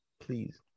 please